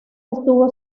estuvo